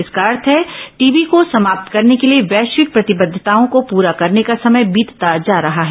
इसका अर्थ है टीबी को समाप्त करने के लिए वैश्विक प्रतिबद्दताओं को पूरा करने का समय बीतता जा रहा है